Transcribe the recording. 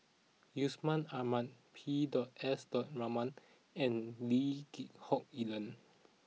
Yusman Aman P dot S dot Raman and Lee Geck Hoon Ellen